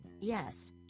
Yes